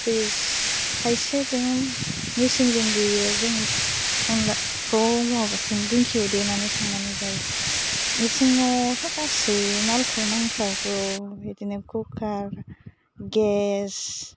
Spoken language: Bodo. फ्रिस खायसे दङ मिचिनजों देयो जों अनलाखौ माबाजों दिंखियाव देनानै संनानै जायो इसिङावथ' गासै मालखौ नांफ्रामगौ बिदिनो कुकार गेस